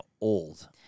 old